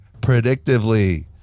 predictively